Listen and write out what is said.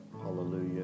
hallelujah